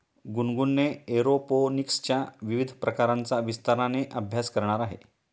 गुनगुन एरोपोनिक्सच्या विविध प्रकारांचा विस्ताराने अभ्यास करणार आहे